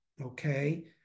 Okay